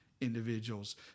individuals